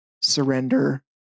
surrender